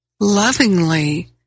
lovingly